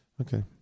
okay